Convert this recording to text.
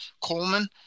Coleman